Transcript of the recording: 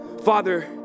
Father